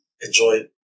enjoy